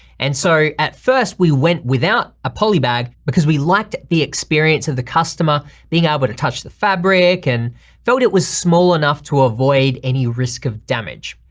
and so at first we went without a poly bag because we liked the experience of the customer being able ah but to touch the fabric and thought it was small enough to avoid any risk of damage.